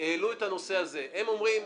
הם אומרים,